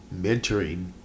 mentoring